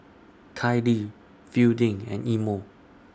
Kailee Fielding and Imo